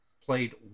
played